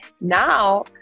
Now